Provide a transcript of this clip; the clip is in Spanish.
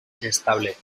inestable